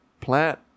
plant